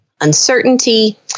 uncertainty